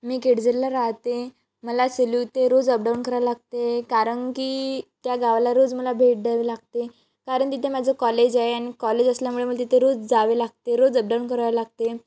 मी केळझरला राहते मला सेलू ते रोज अप डाऊन करावं लागते कारणकी त्या गावाला रोज मला भेट द्यावे लागते कारण तिथे माझं कॉलेज आहे आणि कॉलेज असल्यामुळे मला तिथे रोज जावे लागते रोज अप डाऊन करावे लागते